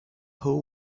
pool